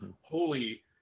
holy